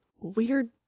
Weird